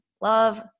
love